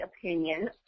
opinion